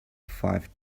five